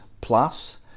plus